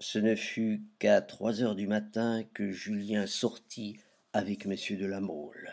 ce ne fut qu'à trois heures du matin que julien sortit avec m de la mole